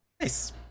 Nice